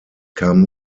kam